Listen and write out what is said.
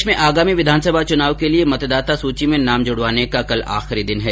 प्रदेश में आगामी विधानसभा चुनाव के लिए मतदाता सूची में नाम जुड़वाने का कल आखिरी दिन है